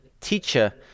teacher